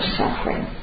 suffering